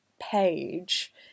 page